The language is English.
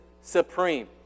supreme